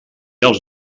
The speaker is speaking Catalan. els